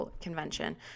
convention